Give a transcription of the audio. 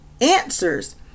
answers